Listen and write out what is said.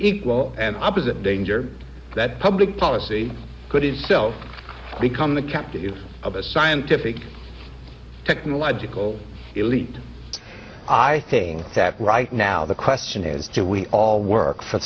equal and opposite danger that public policy could have so become the captive use of a scientific technological elite i think that right now the question is do we all work for